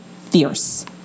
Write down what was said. Fierce